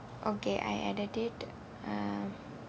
okay I edited uh